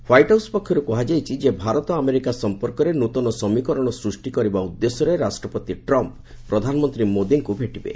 white House ପକ୍ଷରୁ କୁହାଯାଇଛି ଯେ ଭାରତ ଆମେରିକା ସଂପର୍କରେ ନୂଆ ସମୀକରଣ ସୃଷ୍ଟି କରିବା ଉଦ୍ଦେଶ୍ୟରେ ରାଷ୍ଟ୍ରପତି ଟ୍ରମ୍ପ ପ୍ରଧାନମନ୍ତ୍ରୀ ମୋଦିଙ୍କୁ ଭେଟିବେ